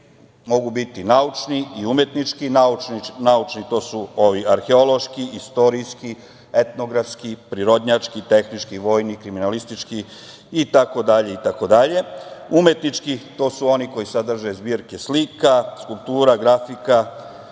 mogu biti umetnički i naučni. Naučni su arheološki, istorijski, etnografski, prirodnjački, tehnički, vojni, kriminalistički, itd. Umetnički to su oni koji sadrže zbirke slika, skulptura, grafika,